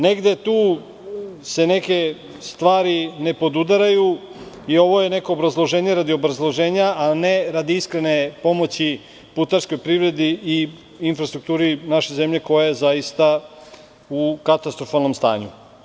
Negde tu se neke stvari ne podudaraju i ovo je neko obrazloženje radi obrazloženja, a ne radi iskrene pomoći putarskoj privredi i infrastrukturi naše zemlje, koja je zaista u katastrofalnom stanju.